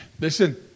listen